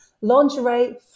lingerie